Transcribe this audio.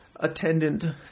Attendant